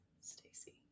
stacy